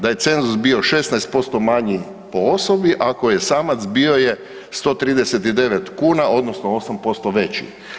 Da je cenzus bio 16% manji po osobi ako je samac bio je 139 kuna, odnosno 8% veći.